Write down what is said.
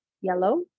yellow